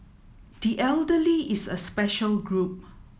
the elderly is a special group